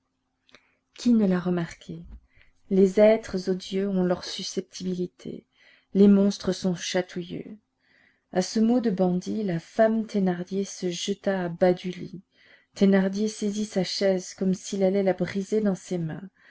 qui ne l'a remarqué les êtres odieux ont leur susceptibilité les monstres sont chatouilleux à ce mot de bandit la femme thénardier se jeta à bas du lit thénardier saisit sa chaise comme s'il allait la briser dans ses mains